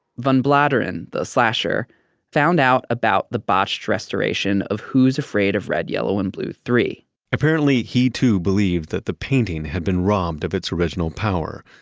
van bladeren the slasher found out about the botched restoration of who's afraid of red, yellow and blue iii apparently, he too believed that the painting had been robbed of its original power,